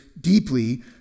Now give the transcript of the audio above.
deeply